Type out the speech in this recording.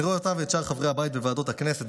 אני רואה אותה ואת שאר חברי הבית בוועדות הכנסת,